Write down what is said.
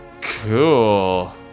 cool